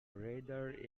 rather